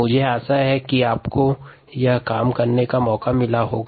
मुझे आशा है कि आपको यह काम करने का मौका मिला होगा